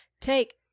take